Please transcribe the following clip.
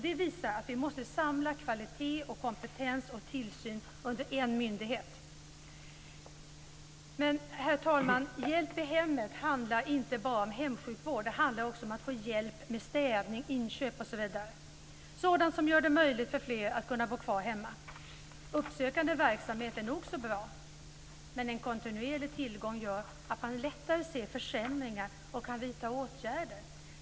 Det visar att vi måste samla kvalitet, kompetens och tillsyn under en myndighet. Herr talman! Hjälp i hemmet handlar inte bara om hemsjukvård. Det handlar också om att få hjälp med städning, inköp, osv., sådant som gör det möjligt för fler att bo kvar hemma. Uppsökande verksamhet är nog så bra, men en kontinuerlig tillgång gör att man lättare ser försämringar och kan vidta åtgärder.